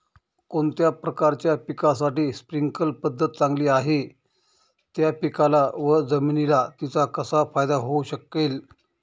कोणत्या प्रकारच्या पिकासाठी स्प्रिंकल पद्धत चांगली आहे? त्या पिकाला व जमिनीला तिचा कसा फायदा होऊ शकेल?